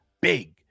big